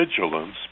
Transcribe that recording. vigilance